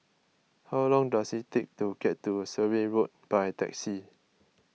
how long does it take to get to Surrey Road by taxi